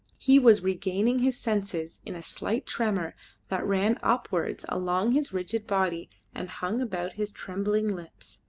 he was regaining his senses in a slight tremor that ran upwards along his rigid body and hung about his trembling lips.